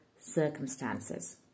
circumstances